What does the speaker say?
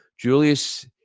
Julius